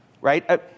right